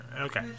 okay